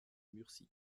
murcie